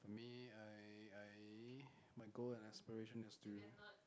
me I I my goal and aspiration is to